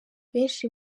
benshi